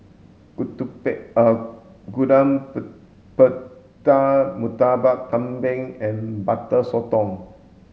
Gudeg Putih Murtabak Kambing and butter sotong